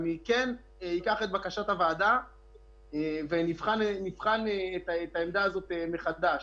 אני כן אקח את בקשת הוועדה ונבחן את העמדה הזאת מחדש,